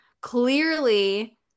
clearly